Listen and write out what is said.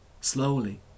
slowly